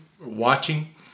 watching